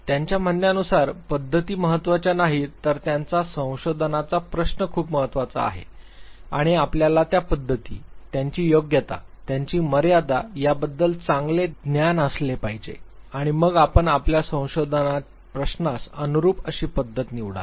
त्यांच्या म्हणण्यानुसार पद्धती महत्त्वाच्या नाहीत तर त्यांचा संशोधनाचा प्रश्न खूप महत्वाचा आहे आणि आपल्याला त्या पद्धती त्यांची योग्यता त्यांची मर्यादा याबद्दल चांगले ज्ञान असले पाहिजे आणि मग आपण आपल्या संशोधन प्रश्नास अनुरूप अशी पद्धत निवडाल